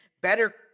better